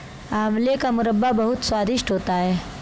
आंवले का मुरब्बा बहुत स्वादिष्ट होता है